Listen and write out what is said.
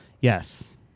Yes